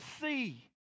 see